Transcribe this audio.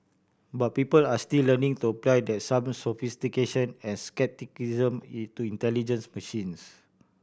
but people are still learning to apply that some sophistication and scepticism is to intelligent machines